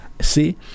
See